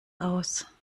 aus